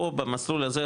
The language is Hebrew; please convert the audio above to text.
פה במסלול הזה,